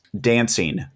Dancing